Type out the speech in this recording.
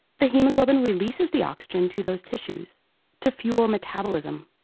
the haemoglobin releases the oxygen to those tissues to fuel metabolism.